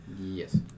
Yes